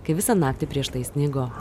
kai visą naktį prieš tai snigo